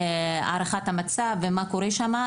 להערכת המצב ומה שקורה שם.